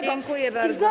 Dziękuję bardzo.